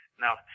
Now